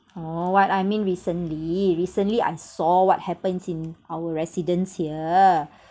no what I mean recently recently I saw what happens in our residence here